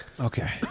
Okay